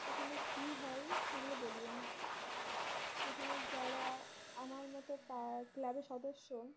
সেখানে কী হয় সেগুলো বলি আমি সেখানে যারা আমার মতো পা ক্লাবের সদস্য